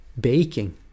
baking